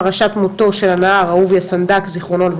פרשת מותו של הנער אהוביה סנדק ז"ל,